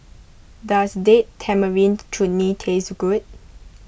does Date Tamarind Chutney tastes good